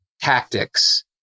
tactics